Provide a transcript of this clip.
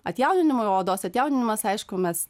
atjauninimui odos atjauninimas aišku mes